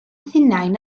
hunain